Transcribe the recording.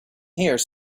here